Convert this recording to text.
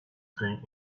going